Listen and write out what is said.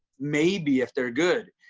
maybe if they're good.